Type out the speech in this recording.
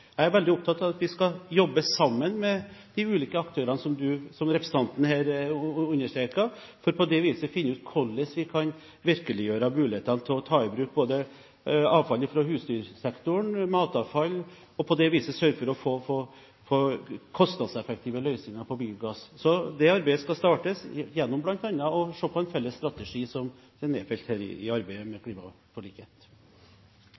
Jeg er veldig opptatt av at vi skal jobbe sammen med de ulike aktørene, som representanten her understreker, for på den måten å finne ut hvordan vi kan virkeliggjøre mulighetene til å ta i bruk både avfall fra husdyrsektoren og matavfall, og på den måten sørge for å få kostnadseffektive løsninger på biogass. Arbeidet skal starte ved at man bl.a. ser på en felles strategi som er nedfelt her i arbeidet med